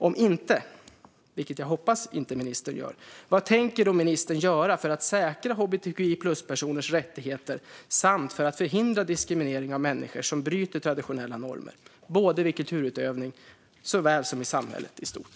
Om hon inte gör det, vilket jag hoppas, vad tänker ministern då göra för att säkra hbtqi-plus-personers rättigheter samt för att förhindra diskriminering av människor som bryter traditionella normer vid såväl kulturutövning som i samhället i stort?